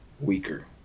weaker